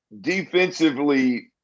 defensively